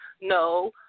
No